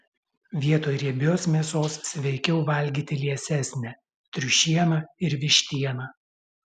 vietoj riebios mėsos sveikiau valgyti liesesnę triušieną ir vištieną